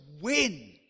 win